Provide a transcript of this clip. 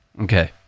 Okay